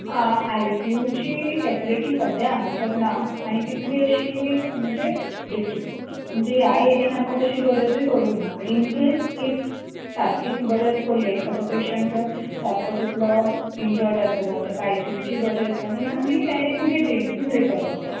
आयसियूची facility सद्या हांगासर ना आनी तितली अशी म्हणजे डिस म्हणजे ह्या ऐरयेन आमका तितकी गरजूय पडोंक ना आनी इन केस इफ सारकीच गरज पडली एखादो पेंशट जर सारको इतको इंजर्ड आसा जांव ताका आयसियूची गरज आसा जाय जाल्यार आमी मागीर जी एम सी रिफर करता